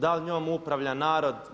Da li njom upravlja narod?